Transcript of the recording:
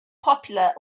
popular